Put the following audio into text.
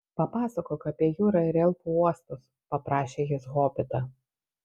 papasakok apie jūrą ir elfų uostus paprašė jis hobitą